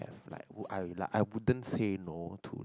like would I wouldn't say no to like